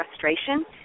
frustration